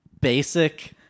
basic